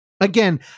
Again